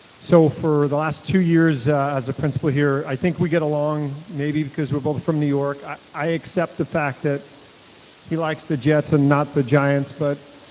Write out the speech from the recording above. so for the last two years as a principal here, i think we get along maybe because we're both from new york accept the fact that he likes the jets and not the giants but